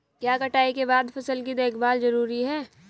क्या कटाई के बाद फसल की देखभाल जरूरी है?